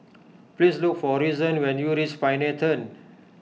please look for Reason when you reach Pioneer Turn